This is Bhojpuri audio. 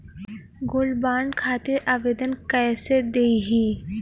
गोल्डबॉन्ड खातिर आवेदन कैसे दिही?